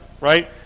right